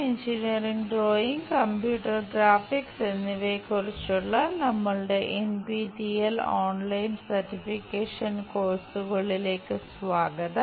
engineering drawing computer graphics എന്നിവയെക്കുറിച്ചുള്ള നമ്മളുടെ NPTEL online certification കോഴ്സുകളിലേക്ക് സ്വാഗതം